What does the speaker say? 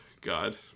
god